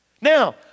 Now